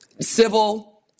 civil